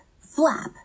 flap